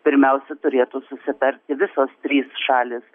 pirmiausia turėtų susitarti visos trys šalys